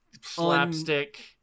slapstick